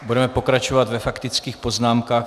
Budeme pokračovat ve faktických poznámkách.